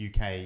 UK